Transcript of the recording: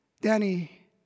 Danny